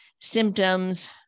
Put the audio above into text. symptoms